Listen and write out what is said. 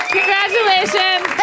Congratulations